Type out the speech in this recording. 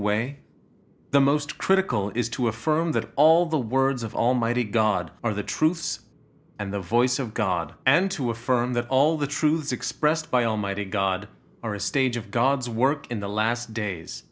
way the most critical is to affirm that all the words of almighty god are the truths and the voice of god and to affirm that all the truths expressed by almighty god are a stage of god's work in the last days